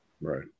right